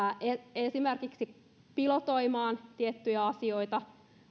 esimerkiksi pilotoimaan tiettyjä asioita